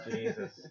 Jesus